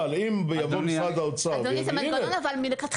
אבל אם יבוא משרד האוצר ויגיד, הנה.